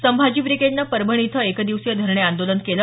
संभाजी ब्रिगेडनं परभणी इथं एकदिवसीय धरणे आंदोलन केलं